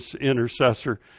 intercessor